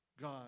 God